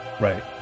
right